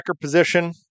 position